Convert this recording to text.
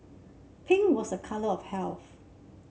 pink was a colour of health